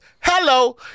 Hello